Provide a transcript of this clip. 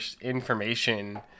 information